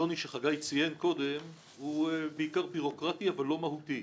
השוני שחגי ציין קודם הוא בעיקר בירוקרטי אבל לא מהותי.